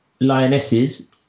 lionesses